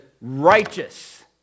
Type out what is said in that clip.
righteous